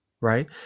right